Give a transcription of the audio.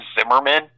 Zimmerman